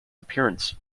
appearances